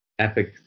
epic